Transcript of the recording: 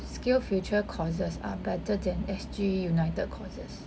skillsfuture courses are better than S_G united courses